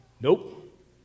Nope